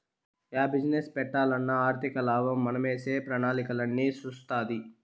yeah business పెట్టాలన్నా ఆర్థికలాభం మనమేసే ప్రణాళికలన్నీ సూస్తాది